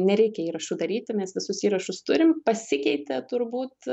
nereikia įrašų daryti mes visus įrašus turim pasikeitė turbūt